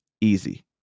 easy